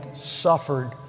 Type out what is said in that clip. suffered